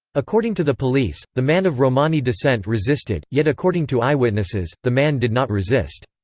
according to the police, the man of romani descent resisted, yet according to eyewitnesses, the man did not resist.